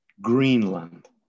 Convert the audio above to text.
Greenland